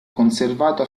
conservato